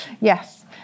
Yes